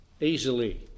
easily